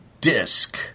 disc